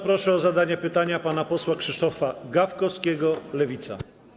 Proszę o zadanie pytania pana posła Krzysztofa Gawkowskiego, Lewica.